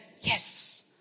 Yes